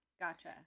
Gotcha